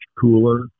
cooler